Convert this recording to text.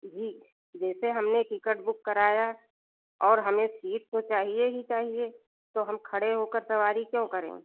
जी जैसे हमने ticket book कराया और हमें सीट तो चाहिए ही चाहिए तो हम खड़े होकर सवारी क्यों करें